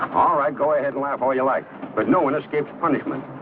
ah i go ahead laugh all you like but no one escapes punishment.